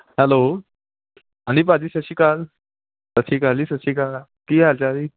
hello ਹਾਂਜੀ ਭਾਅ ਜੀ ਸਤਿ ਸ਼੍ਰੀ ਅਕਾਲ ਸਤਿ ਸ਼੍ਰੀ ਅਕਾਲ ਜੀ ਸਤਿ ਸ਼੍ਰੀ ਅਕਾਲ ਕੀ ਹਾਲ ਚਾਲ ਜੀ